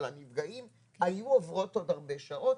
הנפגעים היו עוברות עוד הרבה שעות,